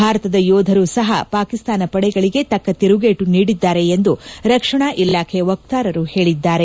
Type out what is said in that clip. ಭಾರತದ ಯೋಧರು ಸಹ ಪಾಕಿಸ್ತಾನ ಪಡೆಗಳಗೆ ತಕ್ಕ ತಿರುಗೇಟು ನೀಡಿದ್ದಾರೆ ಎಂದು ರಕ್ಷಣಾ ಇಲಾಖೆ ವಕ್ತಾರರು ಹೇಳಿದ್ದಾರೆ